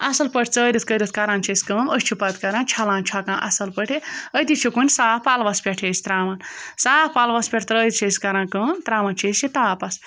اَصٕل پٲٹھۍ ژٲرِتھ کٔرِتھ کَران چھِ أسۍ کٲم أسۍ چھِ پَتہٕ کَران چھَلان چھۄکان اَصٕل پٲٹھۍ یہِ أتی چھِ کُنہِ صاف پَلوَس پٮ۪ٹھ یہِ أسۍ ترٛاوان صاف پَلوَس پٮ۪ٹھ ترٛٲوِتھ چھِ أسۍ کَران کٲم ترٛاوان چھِ أسۍ یہِ تاپَس